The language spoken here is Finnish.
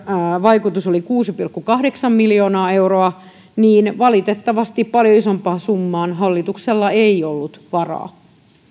vaikutus oli kuusi pilkku kahdeksan miljoonaa euroa niin valitettavasti paljon isompaan summaan hallituksella ei ollut varaa